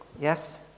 Yes